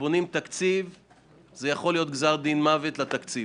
שבונים תקציב זה יכול להיות גזר דין מוות לתקציב.